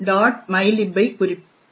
Mylib ஐ குறிப்பிடுகிறோம்